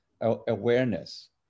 awareness